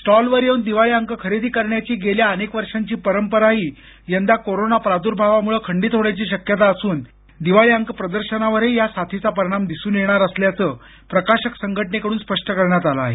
स्टॉलवर येऊन दिवाळी अंक खरेदी करण्याची गेल्या अनेक वर्षांची परंपराही यंदा कोरोना प्रादुर्भावामुळं खंडित होण्याची शक्यता असून दिवाळी अंक प्रदर्शनावरही या साथीचा परिणाम दिसून येणार असल्याचं प्रकाशक संघटनेकडून स्पष्ट करण्यात आलं आहे